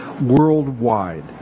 worldwide